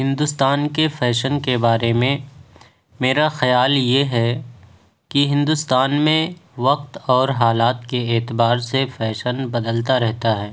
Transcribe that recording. ہندوستان کے فیشن کے بارے میں میرا خیال یہ ہے کہ ہندوستان میں وقت اور حالات کے اعتبار سے فیشن بدلتا رہتا ہے